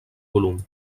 volum